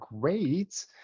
great